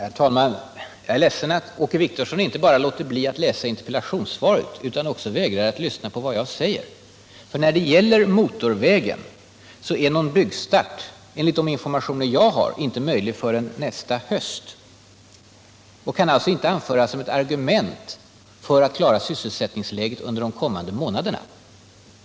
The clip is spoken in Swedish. Herr talman! Jag är ledsen för att Åke Wictorsson inte bara låter bli att läsa interpellationssvaret utan också vägrar att lyssna på vad jag säger. Någon byggstart när det gäller motorvägen blir enligt de informationer jag har inte möjlig förrän nästa höst och kan alltså inte anföras som argument för att klara sysselsättningsläget i kommunen under de kommande månaderna.